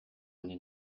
eine